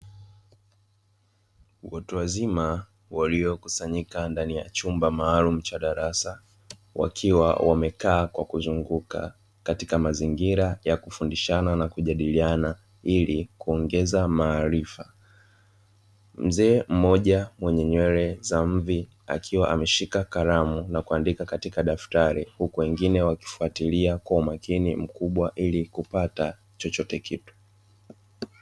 Watu wazima waliokusanyika ndani ya chumba maalumu cha darasa; wakiwa wamekaa kwa kuzunguka katika mazingira ya kufundishana na kujadiliana ili kuongeza maarifa. Mzee mmoja mwenye nywele za mvi, akiwa ameshika kalamu na kuandika katika daftari, huku wengine wakifuatilia kwa makini mkubwa ili kupata chochote kitu.